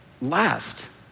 last